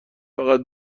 فقط